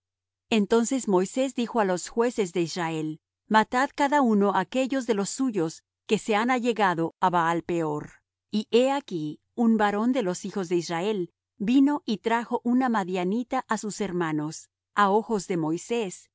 entonces moisés dijo á los jueces de israel matad cada uno á aquellos de los suyos que se han allegado á baal-peor y he aquí un varón de los hijos de israel vino y trajo una madianita á sus hermanos á ojos de moisés